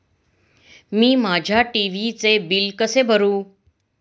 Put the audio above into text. मी माझ्या टी.व्ही चे बिल कसे भरू?